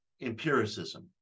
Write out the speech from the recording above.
empiricism